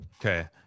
Okay